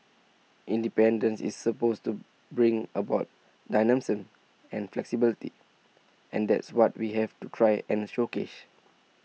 independence is supposed to bring about dynamism and flexibility and that's what we have to try and showcase